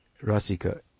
Rasika